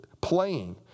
playing